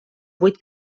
vuit